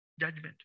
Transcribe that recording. judgment